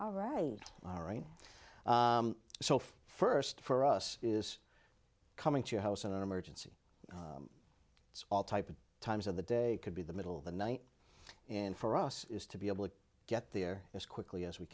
all right so first for us is coming to your house in an emergency it's all type of times of the day could be the middle of the night in for us is to be able to get there as quickly as we